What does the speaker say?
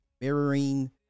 mirroring